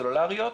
סלולריות,